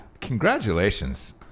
Congratulations